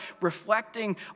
reflecting